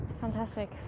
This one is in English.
fantastic